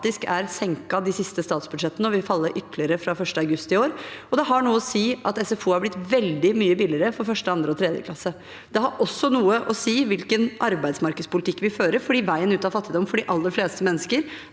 dramatisk de siste statsbudsjettene og vil falle ytterligere fra 1. august i år, og det har noe å si at SFO er blitt veldig mye billigere for 1., 2. og 3. klasse. Det har også noe å si hvilken arbeidsmarkedspolitikk vi fører, for veien ut av fattigdom for de aller fleste mennesker